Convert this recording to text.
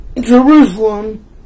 Jerusalem